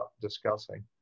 discussing